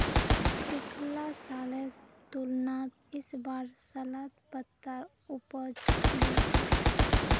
पिछला सालेर तुलनात इस बार सलाद पत्तार उपज बेहतर छेक